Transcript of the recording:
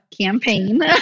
campaign